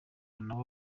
nabo